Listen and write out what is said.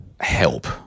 help